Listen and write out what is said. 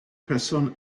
person